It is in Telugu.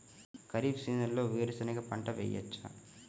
ఖరీఫ్ సీజన్లో వేరు శెనగ పంట వేయచ్చా?